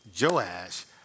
Joash